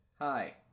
hi